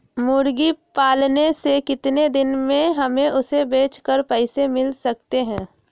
मुर्गी पालने से कितने दिन में हमें उसे बेचकर पैसे मिल सकते हैं?